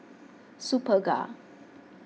Superga